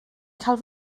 cael